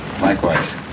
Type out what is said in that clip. Likewise